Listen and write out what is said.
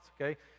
okay